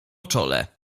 czole